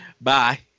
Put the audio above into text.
Bye